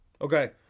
Okay